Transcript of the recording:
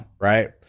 Right